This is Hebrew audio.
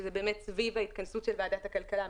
שזה סביב ההתכנסות של ועדת הכלכלה,